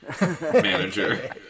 manager